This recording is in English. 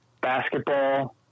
basketball